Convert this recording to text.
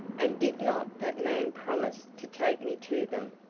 and did not that man promise to take me to them?